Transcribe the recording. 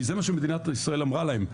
כי זה מה שמדינת ישראל אמרה להם,